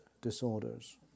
disorders